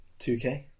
2K